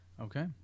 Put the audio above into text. okay